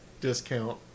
discount